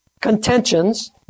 contentions